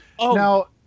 Now